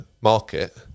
market